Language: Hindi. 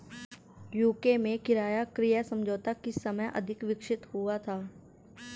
यू.के में किराया क्रय समझौता किस समय अधिक विकसित हुआ था?